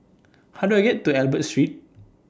How Do I get to Albert Street